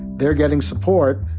they're getting support.